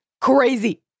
crazy